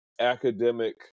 academic